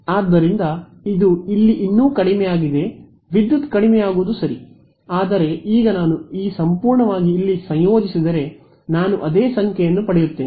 ಆದ್ದರಿಂದ ಇದು ಇಲ್ಲಿ ಇನ್ನೂ ಕಡಿಮೆಯಾಗಿದೆ ವಿದ್ಯುತ್ ಕಡಿಮೆಯಾಗುವುದು ಸರಿ ಆದರೆ ಈಗ ನಾನು ಈ ಸಂಪೂರ್ಣವಾಗಿ ಇಲ್ಲಿ ಸಂಯೋಜಿಸಿದರೆ ನಾನು ಅದೇ ಸಂಖ್ಯೆಯನ್ನು ಪಡೆಯುತ್ತೇನೆ